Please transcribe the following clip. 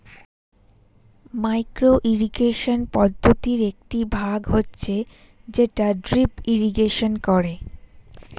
micro irrigation পদ্ধতির একটি ভাগ হচ্ছে যেটা ড্রিপ ইরিগেশন করে